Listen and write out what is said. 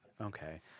Okay